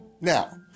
Now